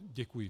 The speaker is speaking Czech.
Děkuji.